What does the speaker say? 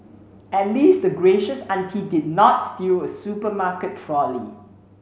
at least the gracious auntie did not steal a supermarket trolley